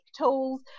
tools